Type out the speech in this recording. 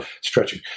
stretching